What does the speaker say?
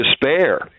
despair